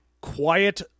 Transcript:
quiet